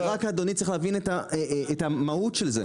אדוני צריך להבין את המהות של זה.